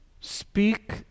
speak